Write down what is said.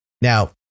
Now